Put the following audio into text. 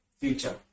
future